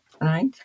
right